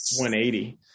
180